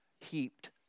heaped